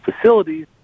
facilities